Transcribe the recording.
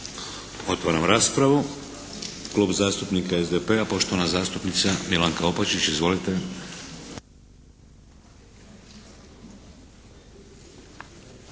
Otvaram raspravu. Klub zastupnika SDP-a, poštovana zastupnica Milanka Opačić. Izvolite!